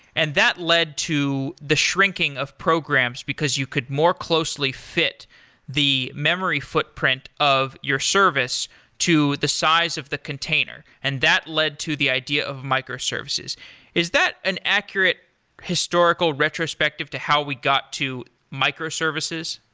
and that led to the shrinking of programs, because you could more closely fit the memory footprint of your service to the size of the container, and that led to the idea of microservices is that an accurate historical retrospective to how we got to microservices?